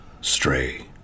stray